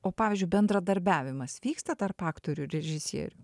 o pavyzdžiui bendradarbiavimas vyksta tarp aktorių režisierių